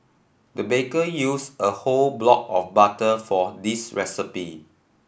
the baker used a whole block of butter for this recipe